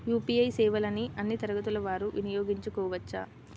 UPI సేవలని అన్నీ తరగతుల వారు వినయోగించుకోవచ్చా?